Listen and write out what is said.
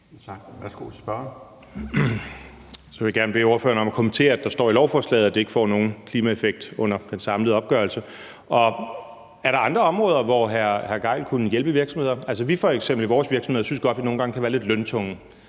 Messerschmidt (DF): Så vil jeg gerne bede ordføreren om at kommentere, at der står i lovforslaget, at det ikke får nogen klimaeffekt under den samlede opgørelse. Er der andre områder, hvor hr. Torsten Gejl kunne hjælpe virksomheder? Vi synes f.eks., at vi i vores virksomhed nogle gange godt kan være lidt løntunge.